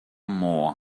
more